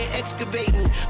Excavating